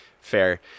Fair